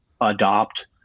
adopt